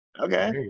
Okay